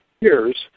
years